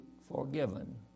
forgiven